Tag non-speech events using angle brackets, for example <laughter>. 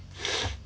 <noise>